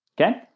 Okay